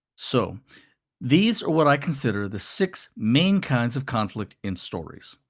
so these are what i consider the six main kinds of conflict in stories.